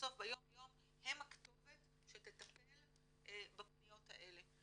שבסוף ביום יום הן הכתובת שתטפל בפניות האלה.